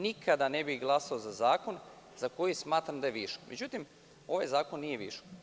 Nikada ne bih glasao za zakon za koji smatram da je višak, međutim ovaj zakon nije višak.